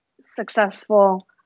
successful